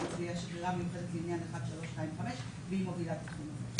והיא השגרירה המיוחדת לעניין 1325 והיא מובילה את התחום הזה.